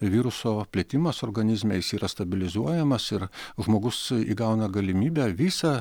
viruso plitimas organizme jis yra stabilizuojamas ir žmogus įgauna galimybę visą